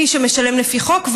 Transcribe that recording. מי שמשלם לפי חוק,